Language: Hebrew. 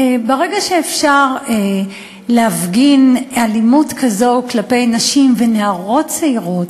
ברגע שאפשר להפגין אלימות כזאת כלפי נשים ונערות צעירות,